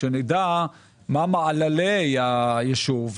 כדי שנדע מה מעללי הישוב,